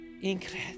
incredible